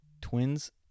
Twins